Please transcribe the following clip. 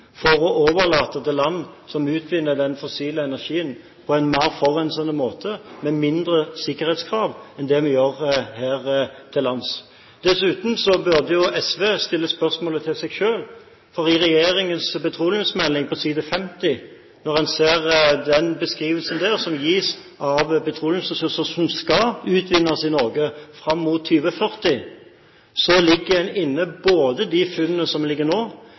for å overlate det til land som utvinner den fossile energien på en mer forurensende måte med mindre sikkerhetskrav enn vi har her til lands. Dessuten burde SV stille spørsmålet til seg selv, for i regjeringens petroleumsmelding på side 50 – når en ser den beskrivelsen som gis der av petroleumsressurser som skal utvinnes i Norge fram mot 2040 – ligger det inne både de funnene som er nå,